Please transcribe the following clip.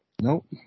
Nope